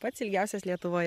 pats ilgiausias lietuvoje